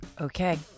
Okay